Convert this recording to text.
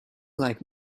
like